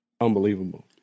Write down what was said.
unbelievable